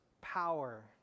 power